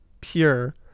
pure